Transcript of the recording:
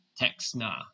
texna